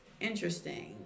interesting